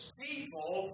people